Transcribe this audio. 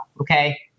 okay